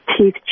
teeth